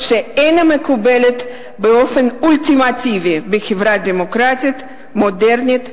שאינה מקובלת באופן אולטימטיבי בחברה דמוקרטית מודרנית,